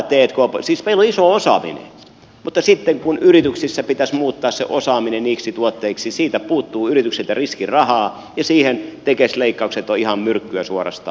siis meillä on iso osaaminen mutta sitten kun yrityksissä pitäisi muuttaa se osaaminen niiksi tuotteiksi siitä puuttuu yrityksiltä riskirahaa ja siihen tekes leikkaukset ovat ihan myrkkyä suorastaan